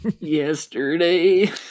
yesterday